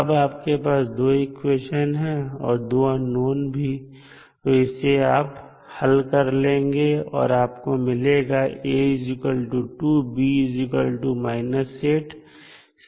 अब आपके पास दो इक्वेशन हैं और दो अननोन भी तो इसे आप हल कर लेंगे और आपको मिलेगा A 2 B −8 C 7